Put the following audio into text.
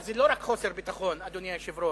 אבל זה לא רק חוסר ביטחון, אדוני היושב-ראש.